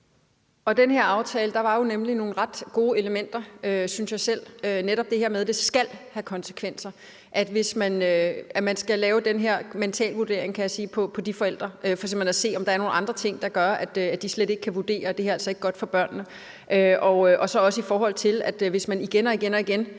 (DF): I den her aftale var der jo nemlig nogle ret gode elementer, synes jeg selv, netop det her med, at det skal have konsekvenser, og at man skal lave den her mentalvurdering af de forældre og f.eks. se på, om der er nogle andre ting, der gør, at de slet ikke kan vurdere, at det ikke er godt for børnene. Så er der også det, at hvis den ene part igen og igen